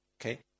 Okay